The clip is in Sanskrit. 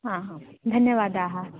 हा हा धन्यवादाः